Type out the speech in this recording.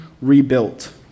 rebuilt